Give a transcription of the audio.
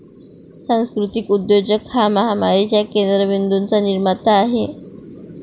सांस्कृतिक उद्योजक हा महामारीच्या केंद्र बिंदूंचा निर्माता आहे